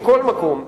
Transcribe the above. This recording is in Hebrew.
מכל מקום,